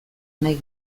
nahi